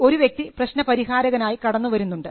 ഒരു വ്യക്തി പ്രശ്നപരിഹാരകനായി കടന്നു വരുന്നുണ്ട്